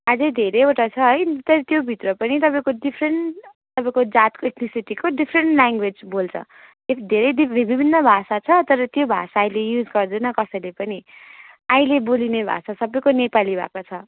अझै धेरैवटा छ है तर त्योभित्र पनि तपाईँको डिफ्रेन्ट तपाईँको जातको एथ्निसिटीको डिफ्रेन्ट ल्याङ्गवेज बोल्छ इफ धेरै त्यो विभिन्न भाषा छ तर त्यो भाषा आहिले युज गर्दैन कसैले पनि अहिले बोलिने भाषा सबैको नेपाली भएको छ